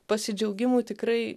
pasidžiaugimų tikrai